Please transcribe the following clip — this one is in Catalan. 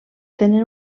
tenen